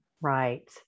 Right